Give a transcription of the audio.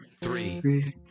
Three